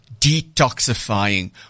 detoxifying